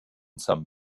some